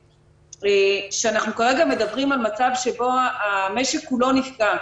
שכרגע אנחנו מדברים על מצב שבו המשק כולו נפגע.